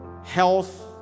Health